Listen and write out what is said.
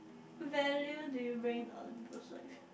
value do you bring to other people's life